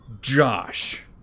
Josh